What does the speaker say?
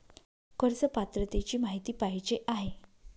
कर्ज पात्रतेची माहिती पाहिजे आहे?